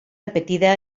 repetida